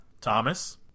Thomas